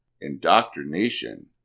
Indoctrination